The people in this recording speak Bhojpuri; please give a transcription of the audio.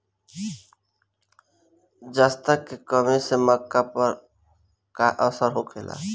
जस्ता के कमी से मक्का पर का असर होखेला?